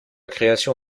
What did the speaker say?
création